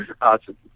Awesome